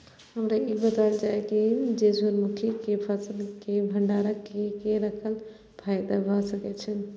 हमरा ई बतायल जाए जे सूर्य मुखी केय फसल केय भंडारण केय के रखला सं फायदा भ सकेय छल?